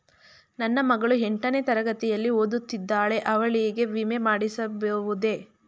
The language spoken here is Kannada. ನನ್ನ ಮಗಳು ಎಂಟನೇ ತರಗತಿಯಲ್ಲಿ ಓದುತ್ತಿದ್ದಾಳೆ ಅವಳಿಗೆ ವಿಮೆ ಮಾಡಿಸಬಹುದೇ?